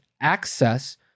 access